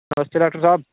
नमस्ते doctor साह्व